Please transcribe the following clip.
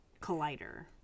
collider